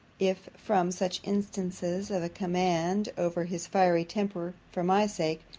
if from such instances of a command over his fiery temper, for my sake,